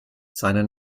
seinen